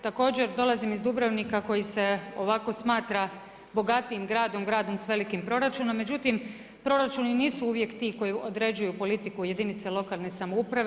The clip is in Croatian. Također dolazim iz Dubrovnika, koji se ovako smatra bogatijim gradom, gradom s velikim proračunom, međutim proračuni nisu uvijek ti koji određuju politiku jedinice lokalne samouprave.